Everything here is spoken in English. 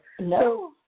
No